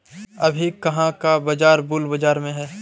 अभी कहाँ का बाजार बुल बाजार में है?